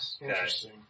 Interesting